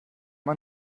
man